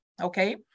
okay